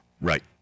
Right